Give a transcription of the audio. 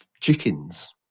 chickens